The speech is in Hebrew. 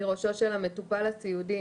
מראשו של המטופל הסיעודי,